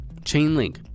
Chainlink